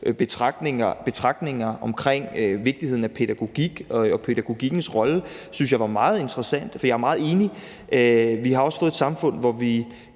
betragtninger om vigtigheden af pædagogik og pædagogikkens rolle, var meget interessante. For jeg er meget enig. Vi har fået et samfund, hvor de